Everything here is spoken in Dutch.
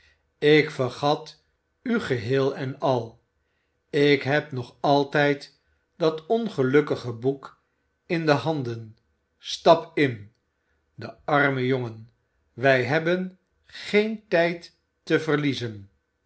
ik vergat u geheel en al ik heb nog altijd dat ongelukkige boek in de handen stap in de arme jongen wij hebben geen tijd te verliezen